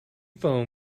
foam